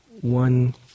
one